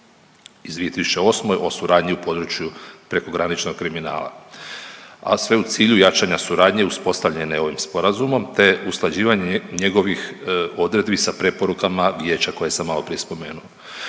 iz 2008. o suradnji u području prekograničnog kriminala, a sve u cilju jačanje suradnje uspostavljene ovim Sporazumom te usklađivanje njegovih odredbi sa preporukama Vijeća koje sam maloprije spomenuo.